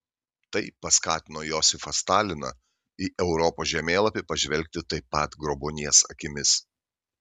tai paskatino josifą staliną į europos žemėlapį pažvelgti taip pat grobuonies akimis